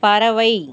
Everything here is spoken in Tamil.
பறவை